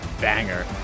banger